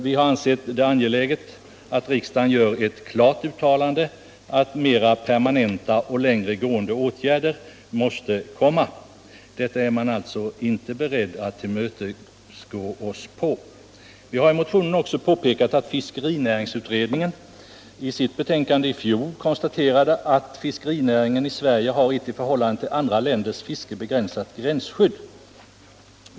Vi har ansett det angeläget att riksdagen gör ett klart uttalande att mera permanenta och längre gående åtgärder måste komma. Detta är man alltså inte beredd att tillmötesgå oss med. Vi har i motionen också påpekat att fiskerinäringsutredningen i sitt betänkande i fjol konstaterade att fiskerinäringen i Sverige har ett i förhållande till andra länders fiske begränsat gränsskydd.